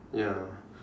ya